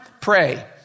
pray